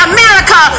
America